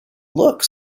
look